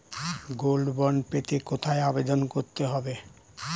Gold bond পেতে কোথায় আবেদন করতে হবে?